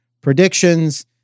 predictions